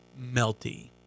melty